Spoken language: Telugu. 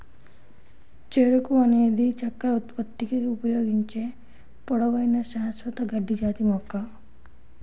చెరకు అనేది చక్కెర ఉత్పత్తికి ఉపయోగించే పొడవైన, శాశ్వత గడ్డి జాతి మొక్క